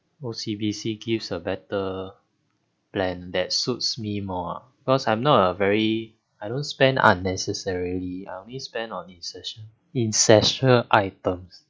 O_C_B_C gives a better plan that suits me more because I'm not a very I don't spend unnecessarily I only spend on ess~ essential items